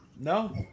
No